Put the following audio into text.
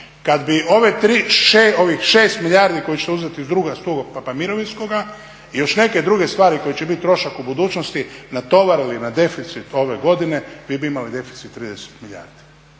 kad bi ovih 6 milijardi koje ćete uzeti iz drugog stupa mirovinskoga i još neke druge stvari koje će biti trošak u budućnosti, natovarili na deficit ove godine, vi bi imali deficit 30 milijardi.